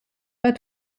pas